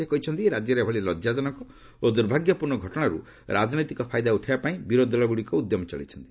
ସେ କହିଛନ୍ତି ରାଜ୍ୟରେ ଏଭଳି ଲଜାଜନକ ଓ ଦୁର୍ଭାଗ୍ୟପୂର୍ଣ୍ଣ ଘଟଣାରୁ ରାଜନୈତିକ ଫାଇଦା ଉଠାଇବାପାଇଁ ବିରୋଧ ଦଳଗୁଡ଼ିକ ଉଦ୍ୟମ ଚଳାଇଛନ୍ତି